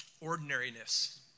ordinariness